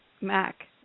Mac